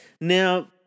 Now